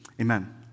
Amen